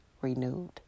renewed